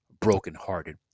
brokenhearted